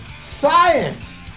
Science